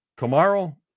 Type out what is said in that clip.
Tomorrow